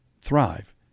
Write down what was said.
thrive